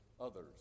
others